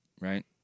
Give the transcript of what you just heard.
right